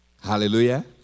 Hallelujah